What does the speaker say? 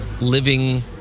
living